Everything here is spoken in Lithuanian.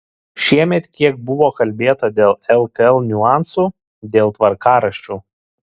šiemet kiek buvo kalbėta dėl lkl niuansų dėl tvarkaraščių